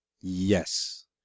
Yes